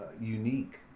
unique